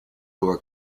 door